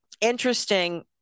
interesting